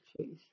cheese